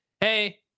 hey